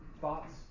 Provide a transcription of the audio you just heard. Thoughts